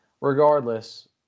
regardless